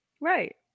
Right